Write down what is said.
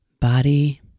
body